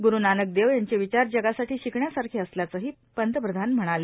ग्रुरूनानक देव यांचे विचार जगासाठी शिकण्यासारखे असल्याचंही पंतप्रधान म्हणाले